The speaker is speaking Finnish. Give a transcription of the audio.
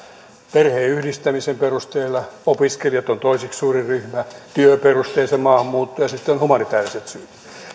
perheenyhdistämisen perusteella opiskelijat ovat toiseksi suurin ryhmä työperusteinen maahanmuutto ja sitten humanitaariset syyt